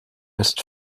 ist